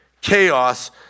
chaos